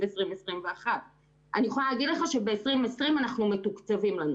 2021. אני יכולה להגיד לך שב-2020 אנחנו מתוקצבים לנושא.